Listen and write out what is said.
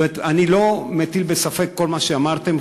אני לא מטיל ספק בכל מה שאמרתם,